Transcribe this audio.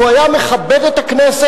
לו היה מכבד את הכנסת,